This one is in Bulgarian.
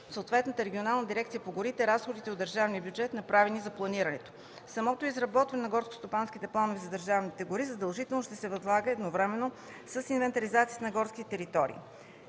съответната регионална дирекция по горите разходите от държавния бюджет, направени за планирането. Самото изработване на горскостопанските планове за държавните гори задължително ще се възлага едновременно с инвентаризацията на горските територии.